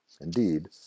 Indeed